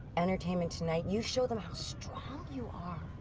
entertainment tonight, you show them how strong you are.